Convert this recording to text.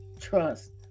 Trust